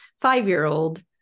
five-year-old